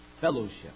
Fellowship